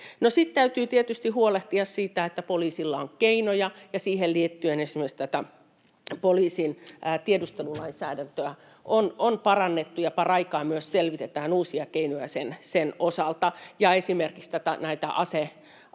Sitten täytyy tietysti huolehtia siitä, että poliisilla on keinoja, ja siihen liittyen esimerkiksi poliisin tiedustelulainsäädäntöä on parannettu ja paraikaa myös selvitetään uusia keinoja sen osalta, esimerkiksi laittomiin